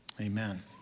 Amen